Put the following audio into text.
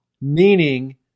meaning